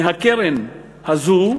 מהקרן הזאת,